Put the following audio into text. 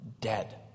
Dead